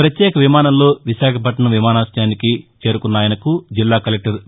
పత్యేక విమానంలో విశాఖపట్లణం విమానాశయానికి చేరుకున్న ఆయనకు జిల్లా కలెక్టర్ వి